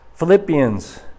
Philippians